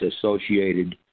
associated